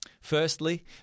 Firstly